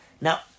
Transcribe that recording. Now